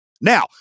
Now